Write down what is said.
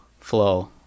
flow